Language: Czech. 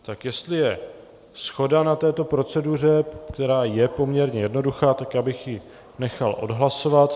Tak jestli je shoda na této proceduře, která je poměrně jednoduchá, tak bych ji nechal odhlasovat.